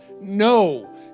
No